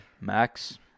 Max